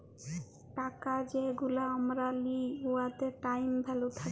টাকা যেগলা আমরা লিই উয়াতে টাইম ভ্যালু থ্যাকে